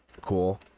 cool